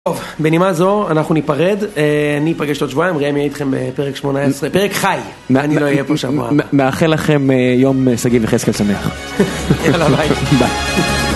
טוב, בנימה זו אנחנו ניפרד, אני אפגש עוד שבועיים, ראם יהיה איתכם בפרק 18, פרק חי, אני לא אהיה פה שבוע. מאחל לכם יום שגיא וחסקל שמח. יאללה ביי. ביי.